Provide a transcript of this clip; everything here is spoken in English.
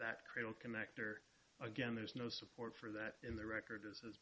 that cradle connector again there's no support for that in the record as